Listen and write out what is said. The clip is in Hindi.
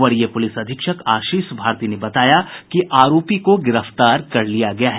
वरीय पुलिस अधीक्षक आशीष भारती ने बताया कि आरोपी को गिरफ्तार कर लिया गया है